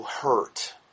hurt